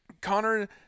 Connor